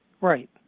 Right